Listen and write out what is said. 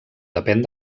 depèn